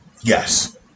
Yes